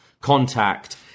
contact